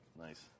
Nice